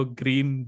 green